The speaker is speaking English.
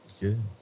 good